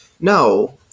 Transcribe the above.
No